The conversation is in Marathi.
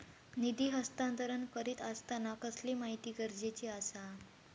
निधी हस्तांतरण करीत आसताना कसली माहिती गरजेची आसा?